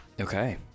Okay